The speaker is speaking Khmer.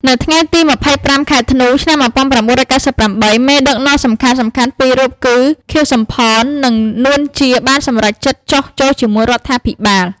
នៅថ្ងៃទី២៥ ខែធ្នូ ឆ្នាំ១៩៩៨ មេដឹកនាំសំខាន់ៗពីររូបគឺ ខៀវ សំផន និង នួន ជា បានសម្រេចចិត្តចុះចូលជាមួយរដ្ឋាភិបាល។